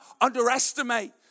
underestimate